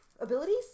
abilities